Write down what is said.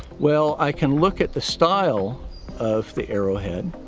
well i can look at the style of the arrow head,